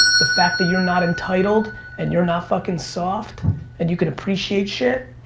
the fact that you're not entitled and you're not fucking soft and you can appreciate shit,